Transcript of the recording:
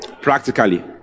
Practically